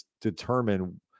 determine